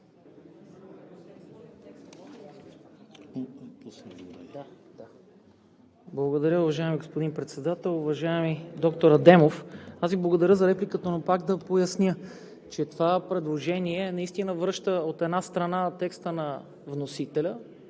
Благодаря, уважаеми господин Председател. Уважаеми доктор Адемов, аз Ви благодаря за репликата, но пак да поясня, че това предложение наистина връща, от една страна, текста на вносителя